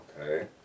Okay